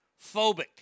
phobic